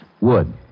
Wood